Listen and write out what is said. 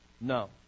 No